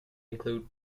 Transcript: include